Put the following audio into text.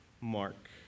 Mark